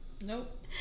Nope